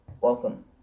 welcome